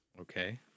Okay